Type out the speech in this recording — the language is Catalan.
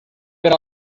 per